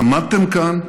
עמדתם כאן,